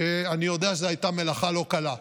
שאני יודע שזאת הייתה מלאכה לא קלה,